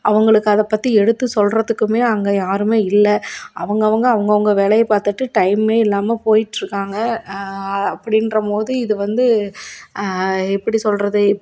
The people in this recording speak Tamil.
அவங்களுக்கு அதைப்பத்தி எடுத்து சொல்லுறத்துக்குமே அங்கே யாருமே இல்லை அவங்கவுங்க அவங்கவுங்க வேலையை பார்த்துட்டு டைம்மே இல்லாமல் போயிட்டுருக்காங்க அப்படின்றமோது இது வந்து எப்படி சொல்லுறது